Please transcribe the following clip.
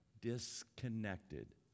disconnected